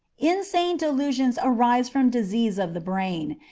insane delusions arise from disease of the brain,